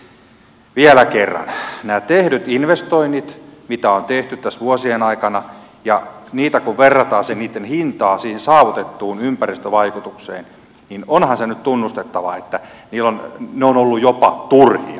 kun verrataan näiden tehtyjen investointien mitä on tehty tässä vuosien aikana ja niitä koverottaa se miten hintaa siihen saavutettuun ympäristövaikutukseen niin onhan se nyt tunnustettava että ne ovat olleet jopa turhia